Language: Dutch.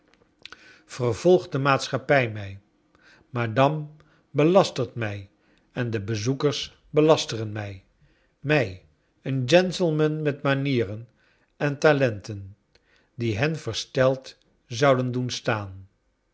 de maatschappij mij madame belastert mij en de bezoekers belasteren mij mij een gentleman met manieren en talenten die hen versteld zouden doen staan